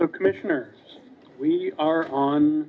see commissioner we are on